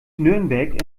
nürnberg